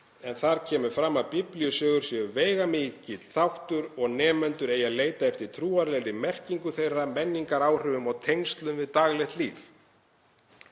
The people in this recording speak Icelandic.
en þar kemur fram að biblíusögur séu veigamikill þáttur og nemendur eigi að leita eftir trúarlegri merkingu þeirra, menningaráhrifum og tengslum við daglegt líf.